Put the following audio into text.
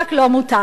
רק לו מותר,